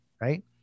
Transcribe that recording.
right